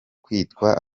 kwitwa